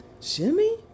Shimmy